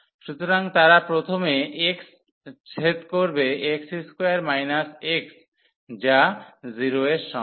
সুতরাং তারা প্রথমে ছেদ করবে x2 x যা 0 এর সমান